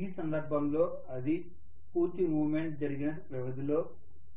ఈ సందర్భంలో అది పూర్తి మూమెంట్ జరిగిన వ్యవధిలో